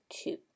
two